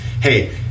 hey